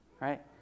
right